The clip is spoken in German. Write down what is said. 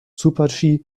super